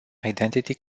identity